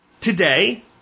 Today